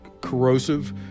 corrosive